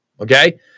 okay